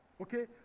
Okay